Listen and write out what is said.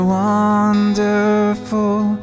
wonderful